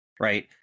Right